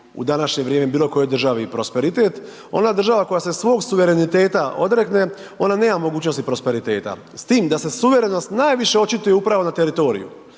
u današnje vrijeme bilo kojoj državi prosperitet, ona država koja se svog suvereniteta odrekne, ona nema mogućnosti prosperiteta s tim da se suverenost najviše očituje upravo na teritoriju.